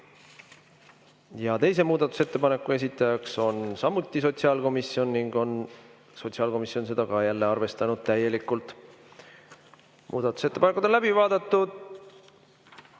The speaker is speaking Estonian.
Teise muudatusettepaneku esitaja on samuti sotsiaalkomisjon ning sotsiaalkomisjon on ka seda arvestanud täielikult. Muudatusettepanekud on läbi vaadatud.